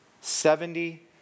Seventy